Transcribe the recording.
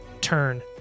turn